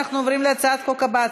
אנחנו עוברים להצעת החוק הבאה,